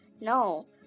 No